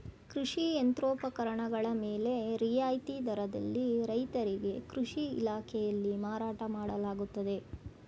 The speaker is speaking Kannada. ಕೃಷಿ ಯಂತ್ರೋಪಕರಣಗಳ ಮೇಲೆ ರಿಯಾಯಿತಿ ದರದಲ್ಲಿ ರೈತರಿಗೆ ಕೃಷಿ ಇಲಾಖೆಯಲ್ಲಿ ಮಾರಾಟ ಮಾಡಲಾಗುತ್ತದೆ